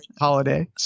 holiday